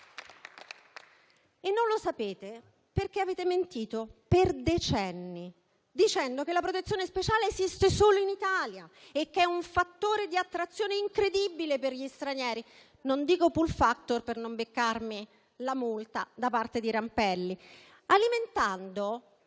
Non lo sapete perché avete mentito per decenni, dicendo che la protezione speciale esiste solo in Italia e che è un fattore di attrazione incredibile per gli stranieri - non dico *pull factor* per non beccarmi la multa da parte di Rampelli - alimentando